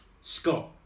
Scott